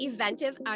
Eventive